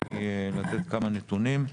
לאורלי לתת כמה נתונים,